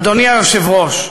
אדוני היושב-ראש,